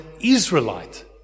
Israelite